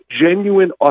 genuine